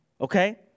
okay